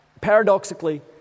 paradoxically